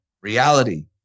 reality